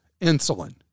insulin